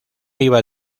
iba